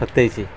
ସତାଇଶି